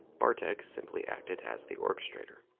bartek, simply acted as the orchestrator.